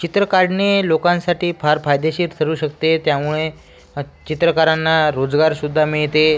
चित्र काढणे लोकांसाठी फार फायदेशीर ठरू शकते त्यामुळे चित्रकारांना रोजगार सुद्धा मिळते